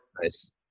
nice